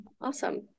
Awesome